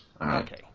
Okay